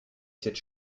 cette